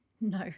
No